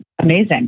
Amazing